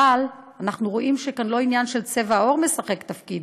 אנחנו רואים שלא העניין של צבע העור משחק כאן תפקיד,